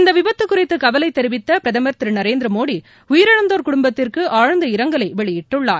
இந்த விபத்து குறித்து கவலை தெிவித்த பிரதமா் திரு மோடி உயிரிழந்தோா் குடும்பத்திற்கு ஆழ்ந்த இரங்கலை வெளியிட்டுள்ளார்